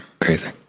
Crazy